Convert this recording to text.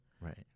right